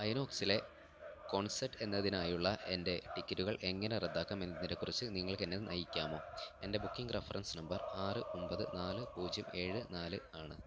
ഐനോക്സിലെ concert എന്നതിനായുള്ള എൻ്റെ ടിക്കറ്റുകൾ എങ്ങനെ റദ്ദാക്കാം എന്നതിനെക്കുറിച്ചു നിങ്ങൾക്ക് എന്നെ നയിക്കാമോ എൻ്റെ ബുക്കിംഗ് റഫറൻസ് നമ്പർ ആറ് ഒമ്പത് നാല് പൂജ്യം ഏഴ് നാല് ആണ്